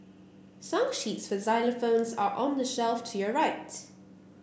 song sheets for xylophones are on the shelf to your right